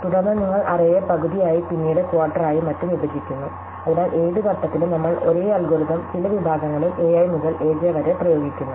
തുടർന്ന് നിങ്ങൾ അറേയെ പകുതിയായും പിന്നീട് ക്വാർട്ടർ ആയും മറ്റും വിഭജിക്കുന്നു അതിനാൽ ഏത് ഘട്ടത്തിലും നമ്മൾ ഒരേ അൽഗോരിതം ചില വിഭാഗങ്ങളിൽ A i മുതൽ A j വരെ പ്രയോഗിക്കുന്നു